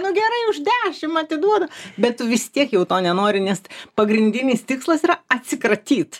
nu gerai už dešim atiduodu bet tu vis tiek jau to nenori nes pagrindinis tikslas yra atsikratyt